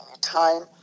Time